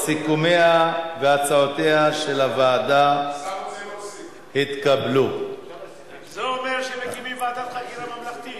במזור ובמרפא לתחלואים שבפעילות שלנו,